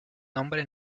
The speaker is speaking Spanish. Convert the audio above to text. nombre